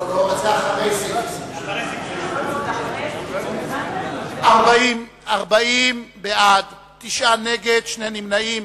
לא, זה "אחרי סעיף 22". 40 בעד, נגד, 9, נמנעים,